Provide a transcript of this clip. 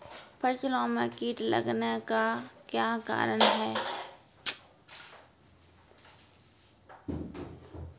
फसलो मे कीट लगने का क्या कारण है?